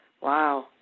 wow